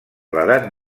l’edat